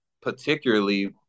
particularly